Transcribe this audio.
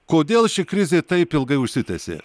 kodėl ši krizė taip ilgai užsitęsė